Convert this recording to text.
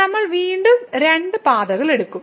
നമ്മൾ വീണ്ടും രണ്ട് പാതകൾ എടുക്കും